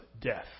death